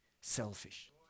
selfish